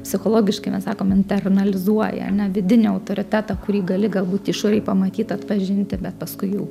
psichologiškai mes sakom internalizuoja ane vidinį autoritetą kurį gali galbūt išorėj pamatyt atpažinti bet paskui jau